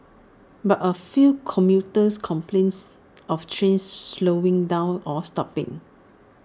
but A few commuters complains of trains slowing down or stopping